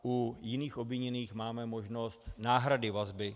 U jiných obviněných máme možnost náhrady vazby.